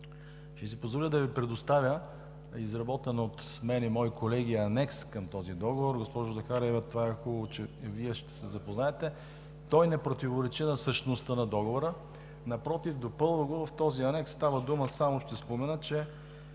ще си позволя да Ви предоставя изработен от мен и мои колеги анекс към този договор. Госпожо Захариева, хубаво е, че и Вие ще се запознаете. Анексът не противоречи на същността на Договора, напротив – допълва го. В този анекс става дума – само ще спомена, че